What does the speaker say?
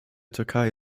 türkei